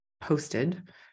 posted